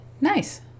Nice